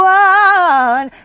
one